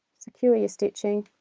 secure your stitching